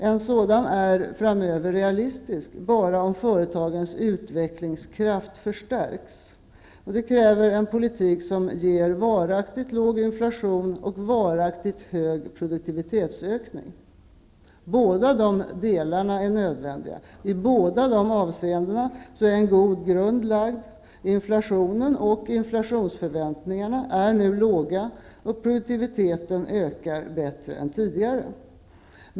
En sådan är framöver realistisk bara om företagens utvecklingskraft förstärks. Det kräver en politik som ger varaktigt låg inflataion och varaktigt hög produktivitetsökning. Dessa båda delar är nödvändiga. I båda dessa avseenden är en god grund lagd -- inflationen och inflationsförväntningarna är låga och produktiviteten ökar bättre än tidigare.